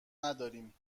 نداریم